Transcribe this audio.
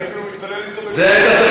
אני אפילו מתפלל אתו בבית-הכנסת.